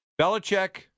Belichick